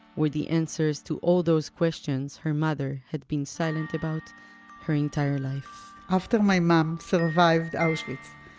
were the answers to all those questions her mother had been silent about her entire life after my mom survived auschwitz,